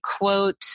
quote